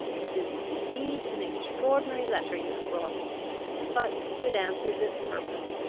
this is, indeed, an extraordinary letter you have brought me but it answers its purpose.